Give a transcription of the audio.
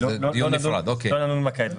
לא נדון בה כעת.